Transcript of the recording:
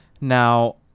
Now